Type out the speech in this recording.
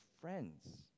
friends